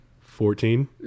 Fourteen